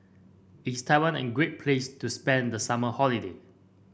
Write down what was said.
is Taiwan a great place to spend the summer holiday